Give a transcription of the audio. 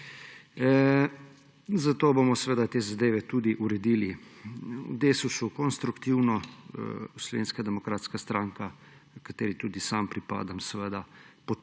zato bomo te zadeve uredili. V Desusu konstruktivno. Slovenska demokratska stranka, ki ji tudi sam pripadam, seveda